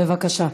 בבקשה.